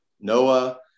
Noah